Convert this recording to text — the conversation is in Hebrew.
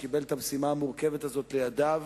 שקיבל את המשימה המורכבת הזאת לידיו,